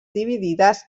dividides